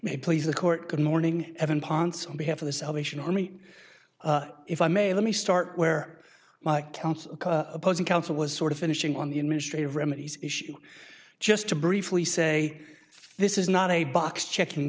may please the court good morning evan ponce on behalf of the salvation army if i may let me start where my counsel opposing counsel was sort of finishing on the administrative remedies issue just to briefly say this is not a box check